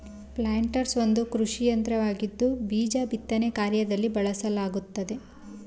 planters ಒಂದು ಕೃಷಿಯಂತ್ರವಾಗಿದ್ದು ಬೀಜ ಬಿತ್ತನೆ ಕಾರ್ಯದಲ್ಲಿ ಬಳಸಲಾಗುತ್ತದೆ